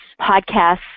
podcasts